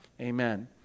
amen